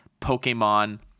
pokemon